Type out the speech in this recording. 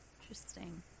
interesting